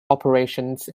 operations